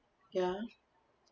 ya